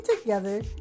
together